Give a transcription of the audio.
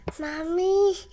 mommy